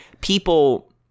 people